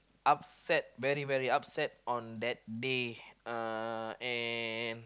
upset very very upset on that day uh and